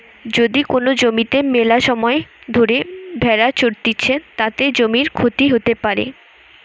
যদি কোন জমিতে মেলাসময় ধরে ভেড়া চরতিছে, তাতে জমির ক্ষতি হতে পারে